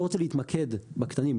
לא רוצה להתמקד בקטנים.